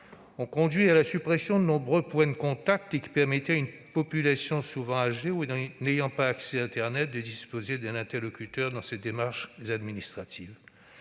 ont conduit à la suppression de nombreux points de contact qui permettaient à une population souvent âgée ou n'ayant pas accès à internet de disposer d'un interlocuteur dans ses démarches administratives.